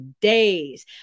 days